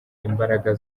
imbaraga